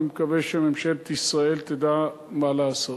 אני מקווה שממשלת ישראל תדע מה לעשות.